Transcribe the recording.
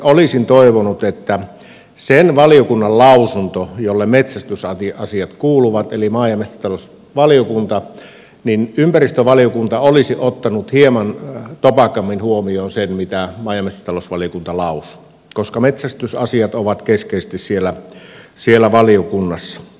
olisin toivonut sen valiokunnan jolle metsästysasiat kuuluvat eli maa ja metsätalousvaliokunnalle lausuntoon liittyen että ympäristövaliokunta olisi ottanut hieman topakammin huomioon sen mitä maa ja metsätalousvaliokunta lausuu koska metsästysasiat ovat keskeisesti siellä valiokunnassa